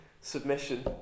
submission